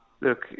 look